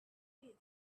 kids